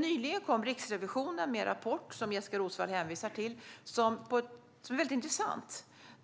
Nyligen kom Riksrevisionen med en intressant rapport, som Jessika Roswall hänvisar till.